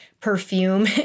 perfume